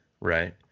right